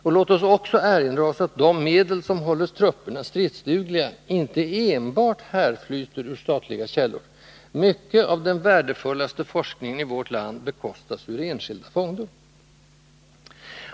Och låt oss också erinra oss att de medel, som håller trupperna stridsdugliga, inte enbart härflyter ur statliga källor: mycket av den värdefullaste forskningen i vårt land bekostas ur enskilda fonder!